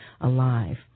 alive